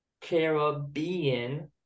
Caribbean